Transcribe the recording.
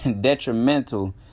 detrimental